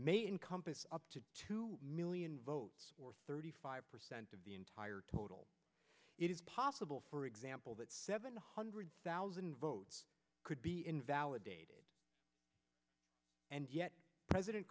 encompass up to two million votes or thirty five percent of the entire total it is possible for example that seven hundred thousand votes could be invalidated and yet president